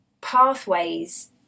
pathways